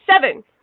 seven